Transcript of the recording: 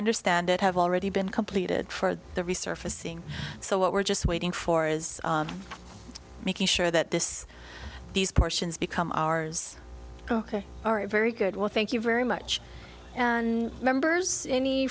understand it have already been completed for the resurfacing so what we're just waiting for is making sure that this these portions become ours are a very good well thank you very much and members any